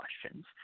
questions